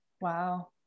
Wow